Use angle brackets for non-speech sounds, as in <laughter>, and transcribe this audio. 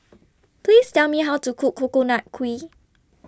<noise> Please Tell Me How to Cook Coconut Kuih